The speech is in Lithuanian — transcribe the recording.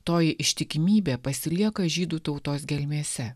toji ištikimybė pasilieka žydų tautos gelmėse